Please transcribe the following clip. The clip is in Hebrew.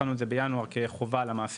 התחלנו את זה בינואר כחובה על המעסיק.